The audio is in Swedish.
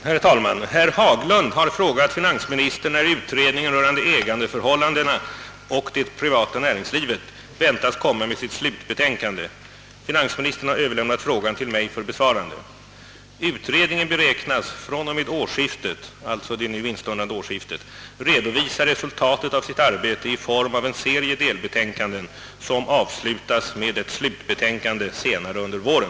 Herr talman! Herr Haglund har frågat finansministern när utredningen rörande ägandeförhållandena och det privata näringslivet väntas komma med sitt slutbetänkande. Finansministern har överlämnat frågan till mig för besvarande. Utredningen beräknas fr.o.m. det instundande årsskiftet redovisa resultatet av sitt arbete i form av en serie delbetänkanden, som avslutas med ett slutbetänkande senare under våren.